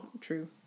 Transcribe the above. True